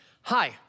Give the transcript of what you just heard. Hi